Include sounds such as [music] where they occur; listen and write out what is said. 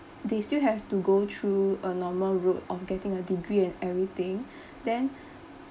they still have to go through a normal route of getting a degree and everything [breath] then